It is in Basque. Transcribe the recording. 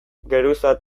banatuta